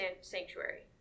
sanctuary